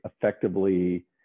effectively